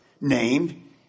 named